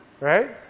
right